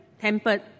tempered